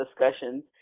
discussions